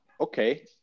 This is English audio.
Okay